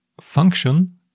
function